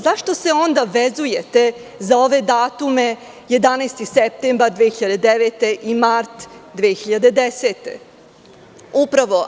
Zašto se onda vezujete za ove datume – 11. septembar 2009. godine i mart 2010. godine?